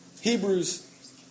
Hebrews